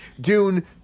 Dune